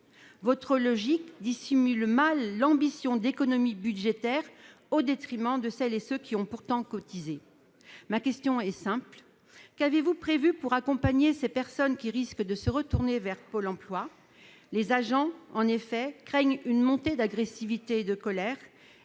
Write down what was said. Sa logique dissimule mal l'ambition d'économies budgétaires, au détriment de celles et ceux qui ont pourtant cotisé. Ma question est simple : qu'est-il prévu pour accompagner ces personnes, qui risquent de se retourner vers Pôle emploi ? Les agents craignent effectivement une montée d'agressivité et de colère,